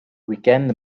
weekend